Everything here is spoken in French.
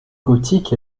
gothique